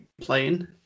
playing